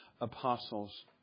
apostles